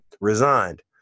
resigned